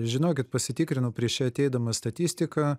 žinokit pasitikrinau prieš čia ateidamas statistiką